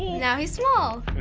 you know he's small.